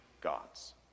gods